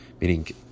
meaning